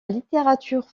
littérature